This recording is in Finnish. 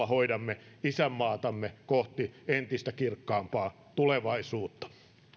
hoidamme isämaatamme kohti entistä kirkkaampaa tulevaisuutta